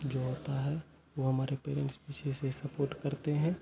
जो होता है वो हमारे पेरेंट्स पीछे से सपोर्ट करते हैं